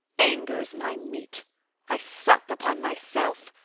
anger's my meat i sup upon myself,